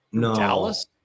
Dallas